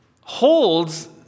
holds